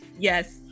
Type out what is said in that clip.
Yes